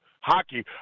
hockey